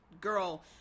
girl